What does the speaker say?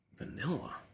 Vanilla